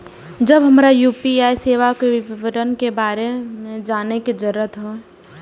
जब हमरा यू.पी.आई सेवा के बारे में विवरण जानय के जरुरत होय?